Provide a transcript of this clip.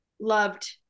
loved